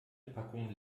packung